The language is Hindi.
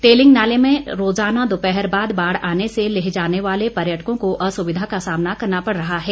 तेलिंग नाले में रोज़ाना दोपहर बाद बाढ़ आने से लेह जाने वाले पर्यटकों को असुविधा का सामना करना पड़ रहा है